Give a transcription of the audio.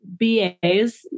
BAs